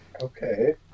Okay